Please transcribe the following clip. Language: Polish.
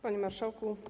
Panie Marszałku!